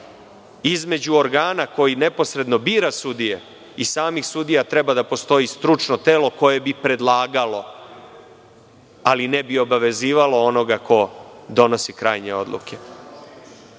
između organa koji neposredno bira sudije i samih sudija treba da postoji stručno telo koje bi predlagalo, ali ne bi obavezivalo onoga ko donosi krajnje odluke. Malopre